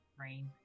Rain